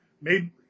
made